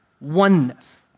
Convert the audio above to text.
oneness